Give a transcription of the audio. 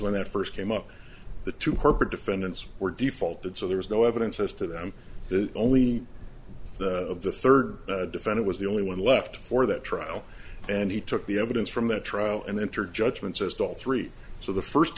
when that first came up the two harper defendants were defaulted so there was no evidence as to them the only of the third defend it was the only one left for that trial and he took the evidence from that trial and enter judgments as to all three so the first